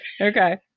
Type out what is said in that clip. Okay